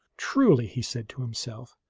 truly, he said to himself,